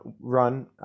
run